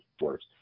worse